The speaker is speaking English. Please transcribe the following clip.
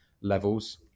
levels